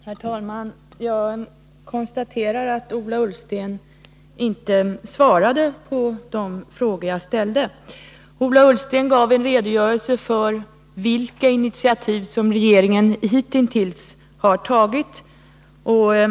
Herr talman! Jag konstaterar att Ola Ullsten inte svarade på de frågor jag ställde. Ola Ullsten gav en redogörelse för vilka initiativ regeringen hitintills har tagit.